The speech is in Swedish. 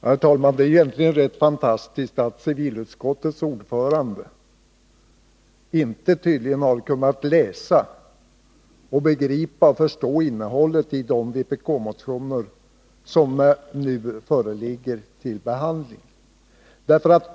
Herr talman! Det är egentligen rätt fantastiskt att civilutskottets ordförande tydligen inte har kunnat läsa och begripa innehållet i de vpk-motioner som nu föreligger till behandling.